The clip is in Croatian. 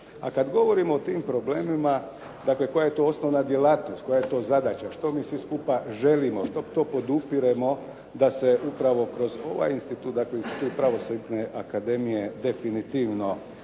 A kad govorimo o tim problemima, dakle koja je to osnovna djelatnost, koja je to zadaća, što mi svi skupa želimo, što to podupiremo da se upravo kroz ovaj institut, dakle iz te Pravosudne akademije definitivno